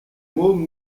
môme